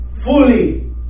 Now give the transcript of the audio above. fully